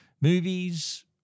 movies